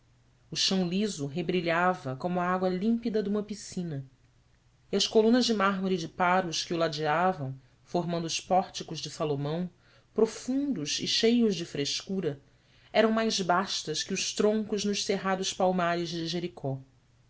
o chão liso rebrilhava como a água límpida de uma piscina e as colunas de mármore de paros que o ladeavam formando os pórticos de salomão profundos e cheios de frescura eram mais bastas que os troncos nos cerrados palmares de jericó